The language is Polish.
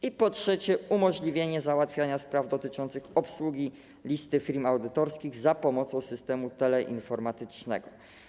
I po trzecie, dotyczy to umożliwienia załatwiania spraw dotyczących obsługi listy firm audytorskich za pomocą systemu teleinformatycznego.